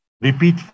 repeat